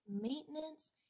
maintenance